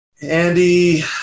Andy